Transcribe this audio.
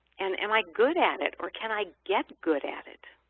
and am i good at it or can i get good at it?